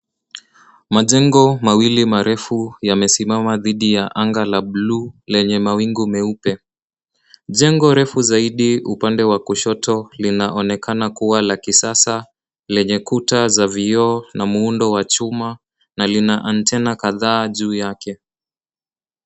Majengo mawili marefu yamesimama dhidi ya anga la buluu lenye mawingu meupe. Jengo refu zaidi upande wa kushoto linaonekana kuwa la kisasa, lenye kuta za vioo na muundo wa chuma na lina antena kadhaa juu yake.